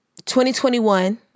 2021